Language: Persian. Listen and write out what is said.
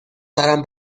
سرم